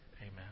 Amen